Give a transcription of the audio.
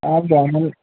బాగున్నాను